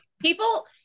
people